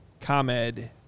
ComEd